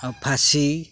ଆଉ ଫାଶୀ